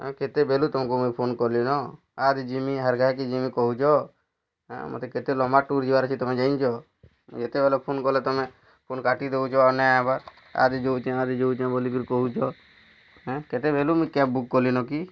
କେତେ ବେଲୁ ତମ କୁ ମୁଇଁ ଫୋନ୍ କଲି ନ ଆର ଯିମି ଆର୍ଘା କେ ଯିମି କହୁଛ ଆଁ ମୋତେ କେତେ ଲମ୍ବା ଟୁର୍ ଯିବାର ଅଛି ତମେ ଜାନିଛ ଯେତେବେଲେ ଫୋନ୍ କଲେ ତମେ ଫୋନ୍ କାଟି ଦେଉଛ ଆର ନାଇଁ ଆଇବାର୍ ଆର ଯଉଛେ ଆର ଯଉଛେ ବୋଲିକିରି କହୁଛ ଆଁ କେତେ ବେଲୁ ମୁଇଁ କ୍ୟାବ୍ ବୁକ୍ କଲି ନ କି